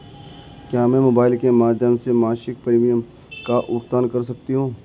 क्या मैं मोबाइल के माध्यम से मासिक प्रिमियम का भुगतान कर सकती हूँ?